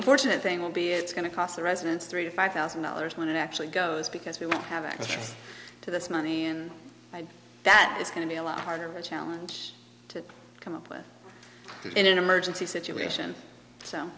importunate thing will be it's going to cost the residents three to five thousand dollars when it actually goes because we won't have access to this money and that is going to be a lot harder challenge to come up with in an emergency situation so